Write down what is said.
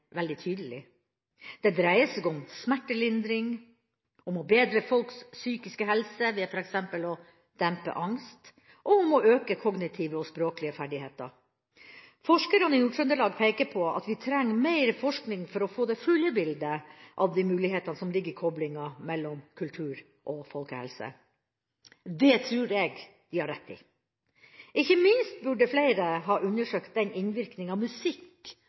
Det dreier seg om smertelindring, om å bedre folks psykiske helse ved f.eks. å dempe angst, og om å øke kognitive og språklige ferdigheter. Forskerne i Nord-Trøndelag peker på at vi trenger mer forskning for å få det fulle bildet av de mulighetene som ligger i koblinga mellom kultur og folkehelse. Det tror jeg de har rett i. Ikke minst burde flere ha undersøkt den innvirkninga musikk